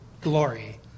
glory